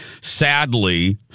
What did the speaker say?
Sadly